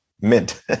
mint